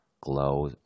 glow